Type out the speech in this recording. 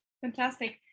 Fantastic